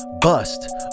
bust